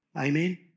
Amen